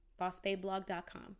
Bossbayblog.com